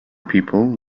people